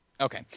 Okay